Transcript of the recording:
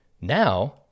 Now